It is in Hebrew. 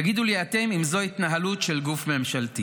תגידו לי אתם אם זו התנהלות של גוף ממשלתי.